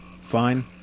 Fine